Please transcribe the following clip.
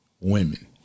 women